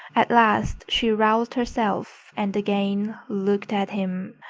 at last she roused herself and again looked at him.